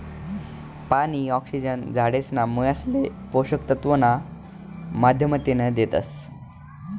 पानी, ऑक्सिजन झाडेसना मुयासले पोषक तत्व ना माध्यमतीन देतस